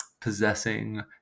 possessing